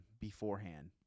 beforehand